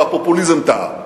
והפופוליזם טעה.